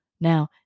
Now